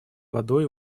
водой